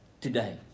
today